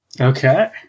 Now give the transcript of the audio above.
Okay